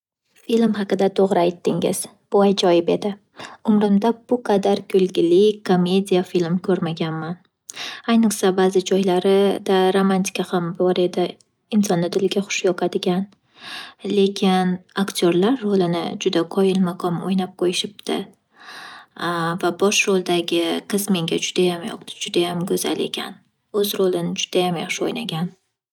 Film haqida to'g'ri aytdingiz! Bu ajoyib edi! Umrimda bu qadar kulgili, komediya film ko'rmaganman. Ayniqsa ba'zi joylarida romantika ham bor edi insonni diliga xush yoqadigan. Lekin aktorlar rolini juda qoyilmaqom o'ynab qo'yishibdi va bosh roldagi qiz menga judayam yoqdi, judayam go'zal ekan. O'z rolini judayam yaxshi o'ynagan.